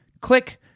Click